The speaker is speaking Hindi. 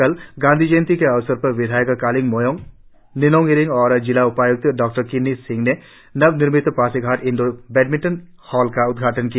कल गांधी जयंती के अवसर पर विधायक कालिंग मोयोंग निनोंग इरिंग और जिला उपाय्क्त डॉ किन्नी सिंह ने नवनिर्मित पासीघाट इंडोर बैडमिंटन हॉल का उद्घाटन किया